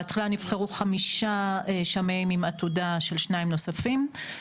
בהתחלה נבחרו חמישה שמאים עם עתודה של שניים נוספים.